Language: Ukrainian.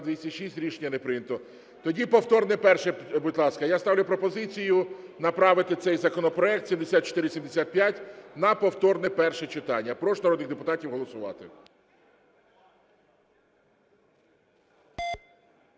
За-206 Рішення не прийнято. Тоді повторне перше, будь ласка. Я ставлю пропозицію направити цей законопроект 7475 на повторне перше читання. Прошу народних депутатів голосувати.